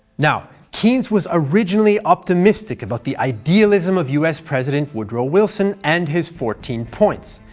now, keynes was originally optimistic about the idealism of us president woodrow wilson and his fourteen points,